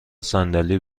صندلی